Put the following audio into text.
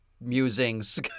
musings